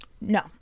No